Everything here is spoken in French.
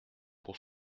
pour